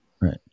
Right